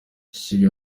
ikindi